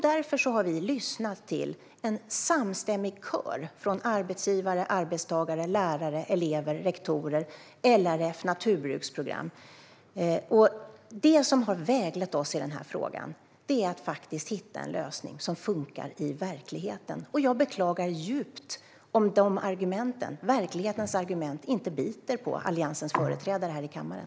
Därför har vi lyssnat på en samstämmig kör av arbetsgivare, arbetstagare, lärare, elever, rektorer, LRF och naturbruksprogram. Det som har väglett oss i frågan är att hitta en lösning som funkar i verkligheten. Jag beklagar djupt om de argumenten, verklighetens argument, inte biter på Alliansens företrädare här i kammaren.